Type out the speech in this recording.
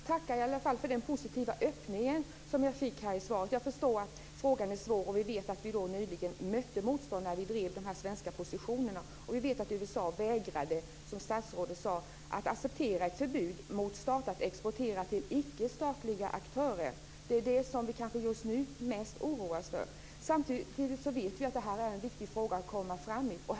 Fru talman! Jag tackar för den positiva öppning som jag fått i svaret. Jag förstår att frågan är svår och vet att vi mötte motstånd när vi drev de svenska positionerna. Jag känner till att USA, som statsrådet sade, vägrade att acceptera ett förbud för stater att exportera till icke statliga aktörer. Det är detta som vi kanske just nu oroas för. Samtidigt vet vi att det är viktigt att göra framsteg i denna fråga.